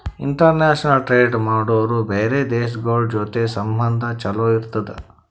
international trade ಮಾಡುರ್ ಬ್ಯಾರೆ ದೇಶಗೋಳ್ ಜೊತಿ ಸಂಬಂಧ ಛಲೋ ಇರ್ತುದ್